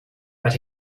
but